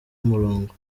umurongo